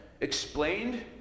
explained